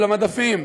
למדפים.